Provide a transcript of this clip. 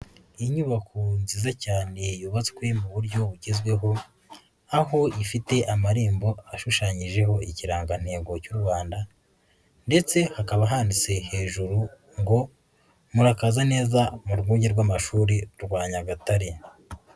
Inyubako nziza cyane yubatswe mu buryo bugezweho, aho ifite amarembo ashushanyijeho ikirangantego cy'u Rwanda ndetse hakaba handitse hejuru ngo murakaza neza mu rwunge rw'Amashuri rwa Nyagatare.